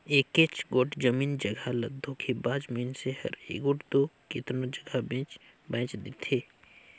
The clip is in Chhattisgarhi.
एकेच गोट जमीन जगहा ल धोखेबाज मइनसे हर एगोट दो केतनो जगहा बेंच बांएच देथे